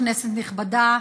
כנסת נכבדה,